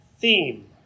theme